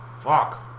fuck